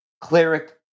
cleric